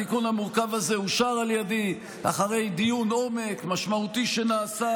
התיקון המורכב הזה אושר על ידי אחרי דיון עומק משמעותי שנעשה,